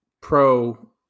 Pro